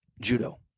judo